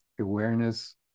awareness